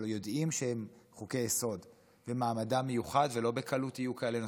יודעים שהם חוקי-היסוד ומעמדם מיוחד ולא בקלות יהיו כאלה נוספים,